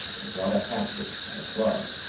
and brought a hatchet and a club.